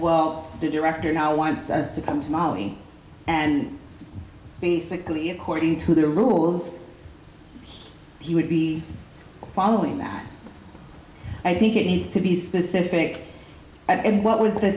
well the director now wants us to come to molly and basically according to the rules he would be following that i think it needs to be specific and what was the